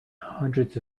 hundreds